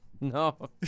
No